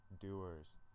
doers